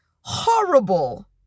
horrible